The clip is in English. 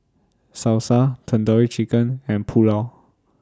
Salsa Tandoori Chicken and Pulao